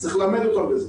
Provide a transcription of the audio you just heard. צריך ללמד אותם את זה.